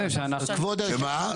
שמה?